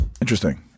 Interesting